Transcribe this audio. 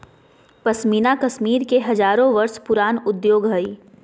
पश्मीना कश्मीर के हजारो वर्ष पुराण उद्योग हइ